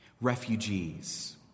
Refugees